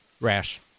Rash